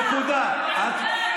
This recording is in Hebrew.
נקודה.